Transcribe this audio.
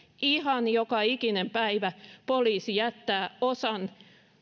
ihan joka ikinen päivä poliisi jättää osan